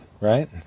right